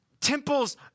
Temples